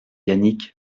yannick